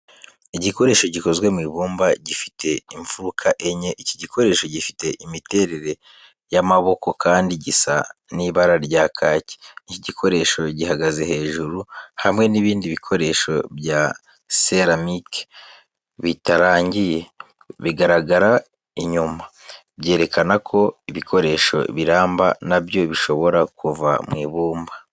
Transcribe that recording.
Igikoresho gikozwe mu ibumba, gifite imfuruka enye. Iki gikoresho gifite imiterere y'amaboko kandi gisa n'ibara rya kaki. Iki gikoresho gihagaze hejuru, hamwe n'ibindi bikoresho bya seramike bitarangiye bigaragara inyuma, byerekana ko ibikoresho biramba na byo bishobora kuva mu ibumba.